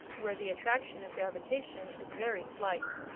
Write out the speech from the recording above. where the attraction of gravitation is very slight.